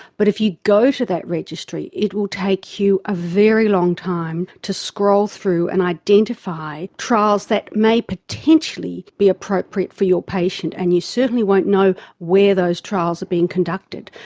but if you go to that registry it will take take you a very long time to scroll through and identify trials that may potentially be appropriate for your patient, and you certainly won't know where those trials are being conducted.